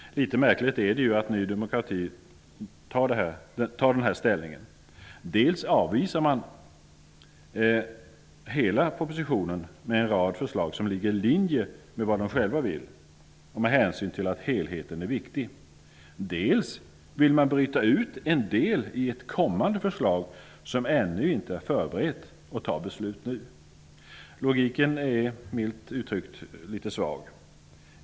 Litet märkligt är Ny demokratis ställningstagande. Dels avvisar man hela propositionen och en rad förslag som ligger i linje med vad nydemokraterna själva vill med hänsyn till att helheten är viktig. Dels vill man bryta ut en del i ett kommande förslag, som ännu inte förberetts, och fatta beslut om det nu. Logiken är milt uttryckt litet svag.